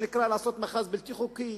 שנקרא לעשות מאחז בלתי חוקי,